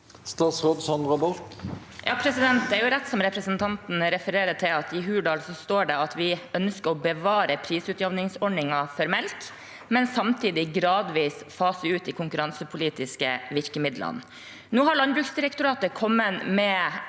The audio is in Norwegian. Statsråd Sandra Borch Det er rett som representanten refererer til, at i Hurdalsplattformen står det at vi ønsker å bevare prisutjevningsordningen for melk, men samtidig gradvis fase ut de konkurransepolitiske virkemidlene. Nå har Landbruksdirektoratet kommet med